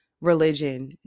religion